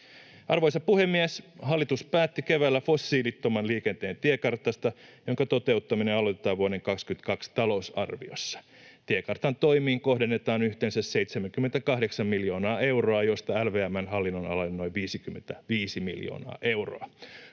Arvoisa puhemies! Hallitus päätti keväällä fossiilittoman liikenteen tiekartasta, jonka toteuttaminen aloitetaan vuoden 22 talousarviossa. Tiekartan toimiin kohdennetaan yhteensä 78 miljoonaa euroa, josta LVM:n hallinnonalalle noin 55 miljoonaa euroa.